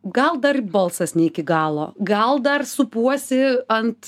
gal dar balsas ne iki galo gal dar supuosi ant